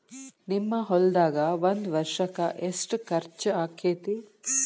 ನಿಮ್ಮ ಹೊಲ್ದಾಗ ಒಂದ್ ವರ್ಷಕ್ಕ ಎಷ್ಟ ಖರ್ಚ್ ಆಕ್ಕೆತಿ?